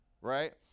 right